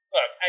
Look